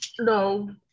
No